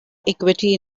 equity